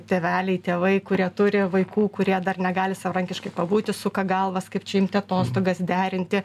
tėveliai tėvai kurie turi vaikų kurie dar negali savarankiškai pabūti suka galvas kaip čia imti atostogas derinti